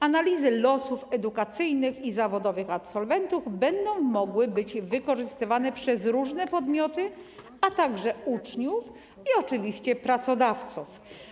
Analizy losów edukacyjnych i zawodowych absolwentów będą mogły być wykorzystywane przez różne podmioty, a także uczniów i oczywiście pracodawców.